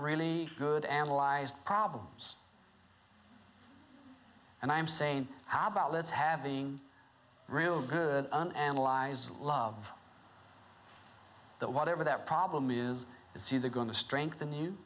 really good analyzed problems and i'm saying how about let's having real good analyze love that whatever that problem is it's either going to strengthen new